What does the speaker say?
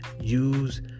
Use